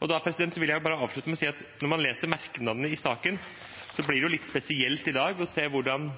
Jeg vil avslutte med å si at når man leser merknadene i saken, blir det litt spesielt i dag å se hvordan